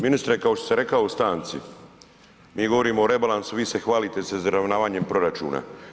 Ministre, kao što sam rekao u stanci, mi govorimo o rebalansu, vi se hvalite sa izravnavanjem proračuna.